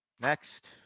Next